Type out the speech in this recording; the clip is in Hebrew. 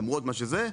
למרות מה שזה,